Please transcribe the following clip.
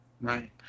Right